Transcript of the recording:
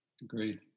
Agreed